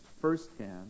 firsthand